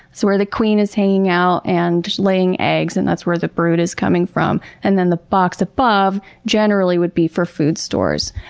so where the queen is hanging out and laying eggs. and that's where the brood is coming from. and then the box above generally would be for food stores.